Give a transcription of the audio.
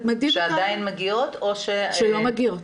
שעדיין מגיעות או ש- -- שלא מגיעות.